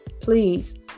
please